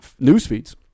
newsfeeds